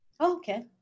okay